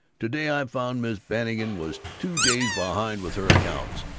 to-day i found miss bannigan was two days behind with her accounts,